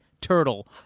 turtle